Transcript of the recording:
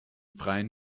freien